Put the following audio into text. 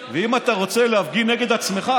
אם אתה רוצה להפגין נגד עצמך,